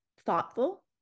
thoughtful